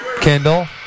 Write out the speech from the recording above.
Kendall